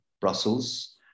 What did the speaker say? Brussels